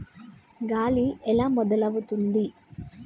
గాలి ఎలా మొదలవుతుంది?